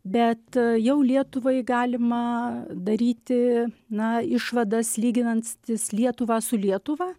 bet jau lietuvai galima daryti na išvadas lyginant stis lietuvą su lietuva